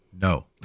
No